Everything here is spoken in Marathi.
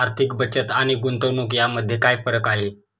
आर्थिक बचत आणि गुंतवणूक यामध्ये काय फरक आहे?